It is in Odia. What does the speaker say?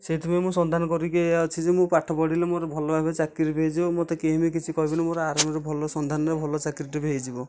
ସେଇଥିପାଇଁ ମୁଁ ସନ୍ଧାନ କରିକି ଏୟା ଅଛି ଯେ ମୁଁ ପାଠ ପଢ଼ିଲେ ମୋର ଭଲ ଭାବେ ଚାକିରି ବି ହୋଇଯିବ ମତେ କେହି ବି କିଛି କହିବେନି ମୋର ଆରମ୍ଭରୁ ଭଲ ସନ୍ଧାନରେ ଭଲ ଚାକିରିଟିଏ ବି ହୋଇଯିବ